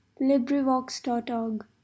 LibriVox.org